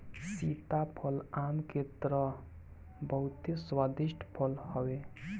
सीताफल आम के तरह बहुते स्वादिष्ट फल हवे